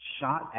shot